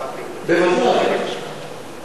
הבריאותי של, בוודאי.